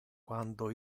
quando